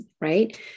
right